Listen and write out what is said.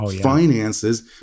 finances